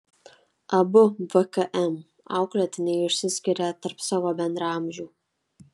abu vkm auklėtiniai išsiskiria tarp savo bendraamžių